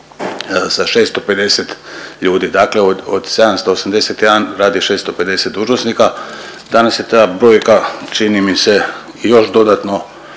sa 650 ljudi, dakle od 781 radi 650 dužnosnika. Danas je ta brojka čini mi se još dodatno